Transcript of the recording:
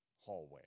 hallway